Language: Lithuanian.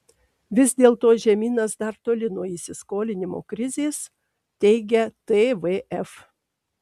vis dėlto žemynas dar toli nuo įsiskolinimo krizės teigia tvf